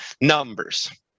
numbers